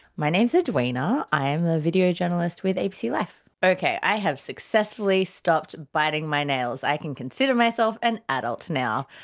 my name is edwina, i'm a video journalist with abc life. okay, i have successfully stopped biting my nails. i can consider myself an adult now.